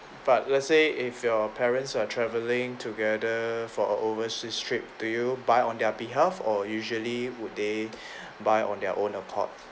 but let's say if your parents are travelling together for a overseas trip do you buy on their behalf or usually would they buy on their own accord